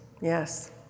Yes